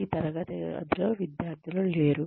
ఈ తరగతి గదిలో విద్యార్థులు లేరు